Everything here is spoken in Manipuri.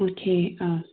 ꯑꯣꯀꯦ ꯑꯥ